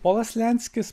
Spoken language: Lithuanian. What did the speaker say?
polas lenskis